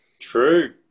True